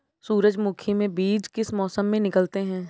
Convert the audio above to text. सूरजमुखी में बीज किस मौसम में निकलते हैं?